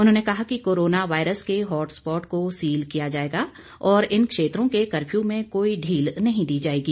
उन्होंने कहा कि कोरोना वायरस के हाटस्पाट को सील किया जाएगा और इन क्षेत्रों के कफ्यू में कोई ढील नहीं दी जाएगी